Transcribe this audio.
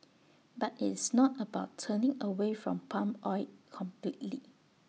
but IT is not about turning away from palm oil completely